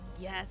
Yes